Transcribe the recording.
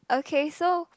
okay so